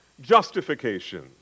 justification